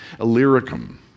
Illyricum